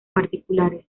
particulares